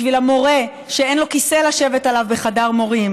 בשביל המורה שאין לו כיסא לשבת עליו בחדר מורים.